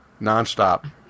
nonstop